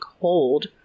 hold